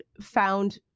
found